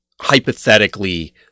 hypothetically